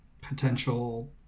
potential